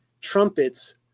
trumpets